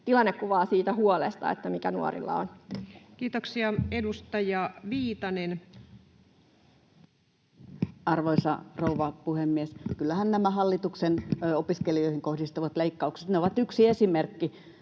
tilannekuvaa siitä huolesta, mikä nuorilla on. Kiitoksia. — Edustaja Viitanen. Arvoisa rouva puhemies! Kyllähän nämä hallituksen opiskelijoihin kohdistuvat leikkaukset ovat yksi esimerkki,